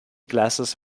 glasses